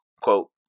quote